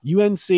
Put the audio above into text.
UNC